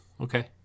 Okay